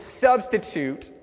substitute